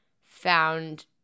found